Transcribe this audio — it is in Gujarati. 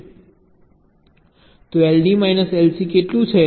તો LD માઈનસ LC કેટલું છે